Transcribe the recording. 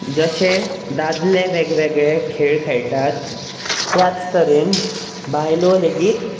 जशें दादले वेग वेगळे खेळ खेळटात त्याच तरेन बायलों लेगीत